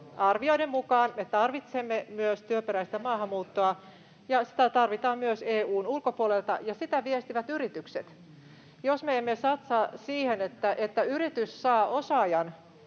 arvioiden mukaan, me tarvitsemme työperäistä maahanmuuttoa, ja sitä tarvitaan myös EU:n ulkopuolelta, ja sitä viestivät yritykset. Jos me emme satsaa siihen, että yritys saa osaajan